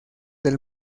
del